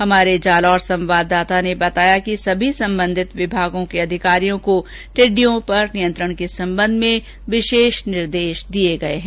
हमारे जालौर संवाददाता ने बताया कि सीीी संबंधित विभागों के अधिकारियों को टिड्डियों पर नियंत्रण के संबंध में विशेष निर्देश दिए गए हैं